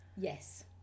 yes